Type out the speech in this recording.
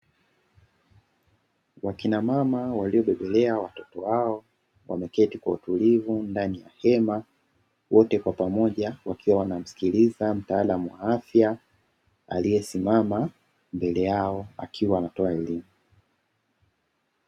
Wakinamama waliobebelea watoto wao wameketi kwa utulivu ndani ya hema, wote kwa pamoja wakiwa wanamsikiliza mtaalamu wa afya aliyesimama mbele yao akiwa anatoa elimu.